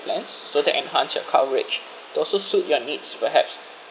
plans so that enhance your coverage to also suit your needs perhaps